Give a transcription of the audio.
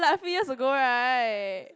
three years ago right